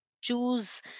choose